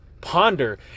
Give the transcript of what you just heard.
ponder